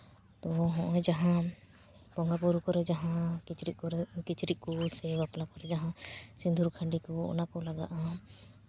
ᱛᱳ ᱱᱚᱜᱼᱚᱭ ᱡᱟᱦᱟᱸ ᱵᱚᱸᱜᱟᱼᱵᱩᱨᱩ ᱠᱚᱨᱮ ᱡᱟᱦᱟᱸ ᱠᱤᱪᱨᱤᱪ ᱠᱚᱨᱮᱫ ᱠᱤᱪᱨᱤᱪ ᱠᱚ ᱥᱮ ᱵᱟᱯᱞᱟ ᱠᱚᱨᱮ ᱡᱟᱦᱟᱸ ᱥᱤᱸᱫᱩᱨ ᱠᱷᱟᱹᱰᱤ ᱠᱚ ᱚᱱᱟ ᱠᱚ ᱞᱟᱜᱟᱜᱼᱟ